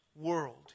world